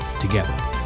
together